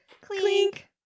Clink